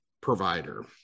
provider